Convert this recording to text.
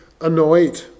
annoyed